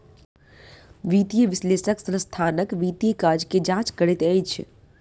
वित्तीय विश्लेषक संस्थानक वित्तीय काज के जांच करैत अछि